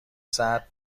سرد